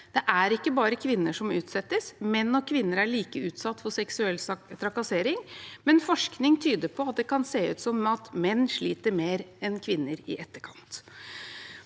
Det er ikke bare kvinner som utsettes. Menn og kvinner er like utsatt for seksuell trakassering, men forskning tyder på at menn sliter mer enn kvinner i etterkant.